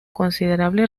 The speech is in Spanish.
considerable